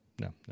No